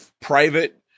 private